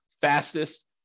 fastest